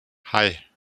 hei